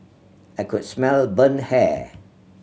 I could smell burnt hair